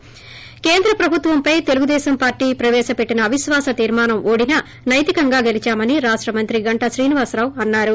ి కేంద్ర ప్రభుత్వంపై తెలుగుదేశం పార్టీ పెట్టిన అవిశ్వాస తీర్మానం ఓడినా సైతికంగా గెలిచామని రాష్ట మంత్రి గంటా శ్రీనివాసరావు అన్నా రు